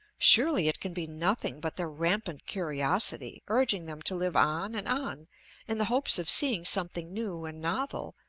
surely it can be nothing but their rampant curiosity, urging them to live on and on in the hopes of seeing something new and novel,